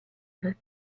veux